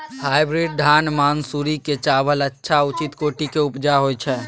Hybrid धान मानसुरी के चावल अच्छा उच्च कोटि के उपजा होय छै?